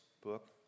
book